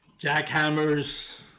jackhammers